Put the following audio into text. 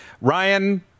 Ryan